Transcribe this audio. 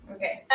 Okay